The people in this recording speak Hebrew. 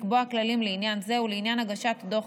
לקבוע כללים לעניין זה ולעניין הגשת דוח